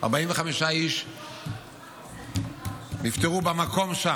45 נפטרו שם במקום.